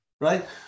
right